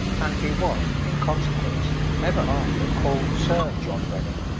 and he was in consequence ever after called sir john rennie.